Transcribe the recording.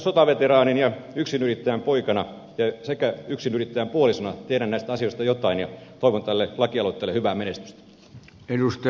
sotaveteraanin ja yksinyrittäjän poikana sekä yksinyrittäjän puolisona tiedän näistä asioista jotain ja toivon tälle lakialoitteelle hyvää menestystä